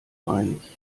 einig